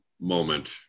moment